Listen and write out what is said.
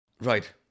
right